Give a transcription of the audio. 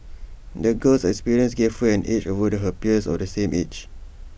the girl's experiences gave her an edge over her peers of the same age